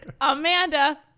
Amanda